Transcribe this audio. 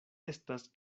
estas